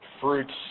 fruits